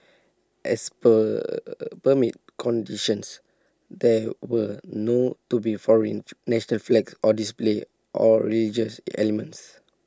as per permit conditions there were no to be foreign national flags or display or regious elements